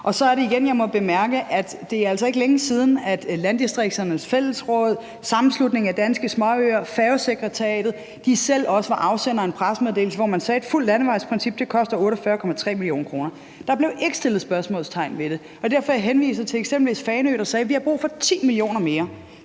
Så er det igen, at jeg må bemærke, at det altså ikke er længe siden, at Landdistrikternes Fællesråd, Sammenslutningen af Danske Småøer og Færgesekretariatet også selv var afsendere af en pressemeddelelse, hvor man sagde, at et fuldt landevejsprincip koster 48,3 mio. kr. Der blev ikke sat spørgsmålstegn ved det. Det er derfor, jeg henviser til eksempelvis Fanø, der sagde, at de havde brug for 10 mio. kr. mere.